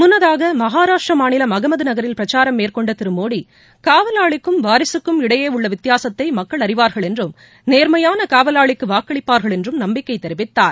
முன்னதாக மனாஷ்ட்ரா மாநிலம் அகமது நகரில் பிரச்சாரம் மேற்கொண்ட திரு மோடி காவலாளிக்கும் வாரிசுக்கும் இனடயே உள்ள வித்தியாசத்தை மக்கள் அறிவார்கள் என்றும் நேர்மையான காவலாளிக்கு வாக்களிப்பார்கள் என்றும் நம்பிக்கை தெரிவித்தார்